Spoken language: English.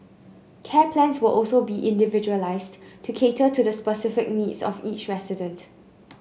care plans will also be individualised to cater to the specific needs of each resident